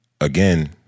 again